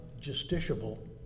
justiciable